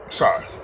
sorry